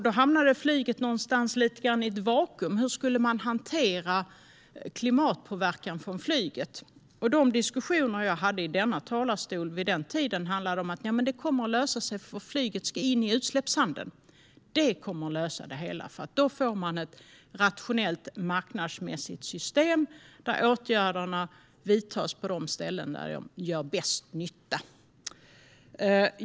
Då hamnade flyget lite i ett vakuum. Hur skulle man hantera klimatpåverkan från flyget? I de diskussioner jag hade i denna kammare vid den tiden sas det: Nej, men det kommer att lösa sig, för flyget ska in i utsläppshandeln. Det kommer att lösa det hela, för då får man ett rationellt, marknadsmässigt system där åtgärderna vidtas på de ställen där de gör bäst nytta.